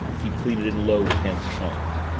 he pleaded in low, tense tones.